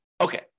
Okay